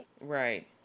Right